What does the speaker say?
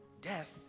death